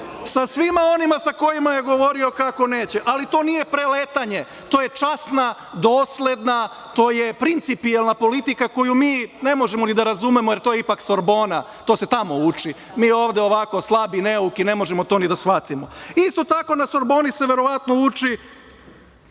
sa svima onima sa kojima je govorio kako neće, ali to nije preletanje. To je časna, dosledna, to je principijelna politika koju mi ne možemo ni da razumemo, jer to je ipak Sorbona, to se tamo uči. Mi ovde ovako slabi, neuki, ne možemo to ni da shvatimo. Isto tako na Sorboni se verovatno uči